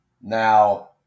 now